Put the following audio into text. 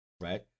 Right